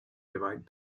divide